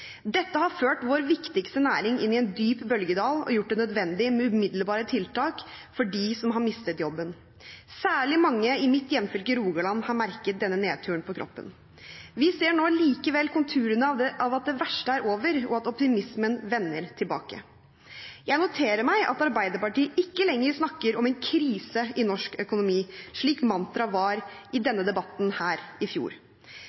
Dette har ført vår viktigste næring inn i en dyp bølgedal og gjort det nødvendig med umiddelbare tiltak for dem som har mistet jobben. Særlig mange i mitt hjemfylke, Rogaland, har merket denne nedturen på kroppen. Vi ser nå likevel konturene av at det verste er over, og at optimismen vender tilbake. Jeg noterer meg at Arbeiderpartiet ikke lenger snakker om en krise i norsk økonomi, slik mantra var i trontaledebatten i fjor.